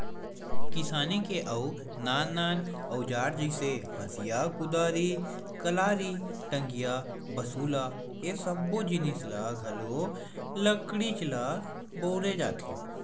किसानी के अउ नान नान अउजार जइसे हँसिया, कुदारी, कलारी, टंगिया, बसूला ए सब्बो जिनिस म घलो लकड़ीच ल बउरे जाथे